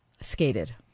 skated